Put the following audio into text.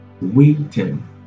Waiting